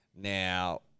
Now